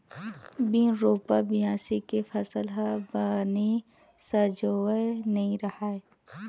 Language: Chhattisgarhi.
बिन रोपा, बियासी के फसल ह बने सजोवय नइ रहय